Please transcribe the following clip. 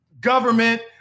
government